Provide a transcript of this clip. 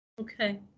Okay